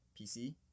PC